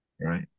Right